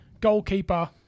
goalkeeper